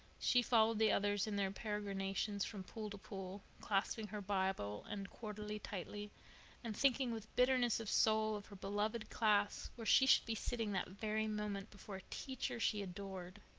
she followed the others in their peregrinations from pool to pool, clasping her bible and quarterly tightly and thinking with bitterness of soul of her beloved class where she should be sitting that very moment, before a teacher she adored.